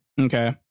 okay